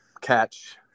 catch